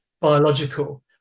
biological